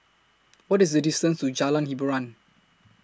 What IS The distance to Jalan Hiboran